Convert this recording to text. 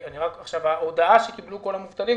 ההודעה שקיבלו כל המובטלים,